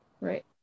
Right